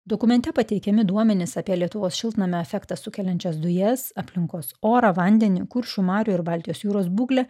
dokumente pateikiami duomenys apie lietuvos šiltnamio efektą sukeliančias dujas aplinkos orą vandenį kuršių marių ir baltijos jūros būklę